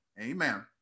Amen